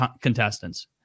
contestants